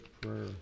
prayer